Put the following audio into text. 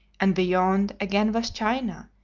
and beyond again was china,